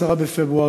10 בפברואר,